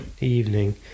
evening